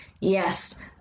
Yes